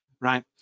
right